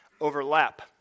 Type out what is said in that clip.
overlap